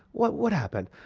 what what happened?